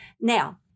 Now